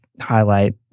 highlight